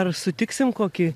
ar sutiksim kokį